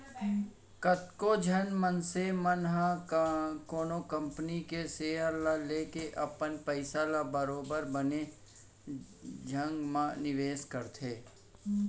कतको झन मनसे मन ह कोनो कंपनी के सेयर ल लेके अपन पइसा ल बरोबर बने जघा म निवेस करथे